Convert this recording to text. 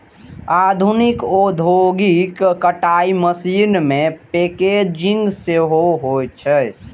आधुनिक औद्योगिक कताइ मशीन मे पैकेजिंग सेहो होइ छै